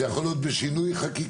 זה יכול להיות בשינוי חקיקה,